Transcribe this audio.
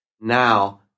Now